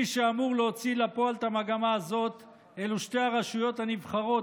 מי שאמור להוציא לפועל את המגמה הזאת אלו שתי הרשויות הנבחרות,